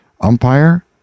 Umpire